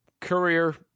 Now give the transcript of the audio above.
Courier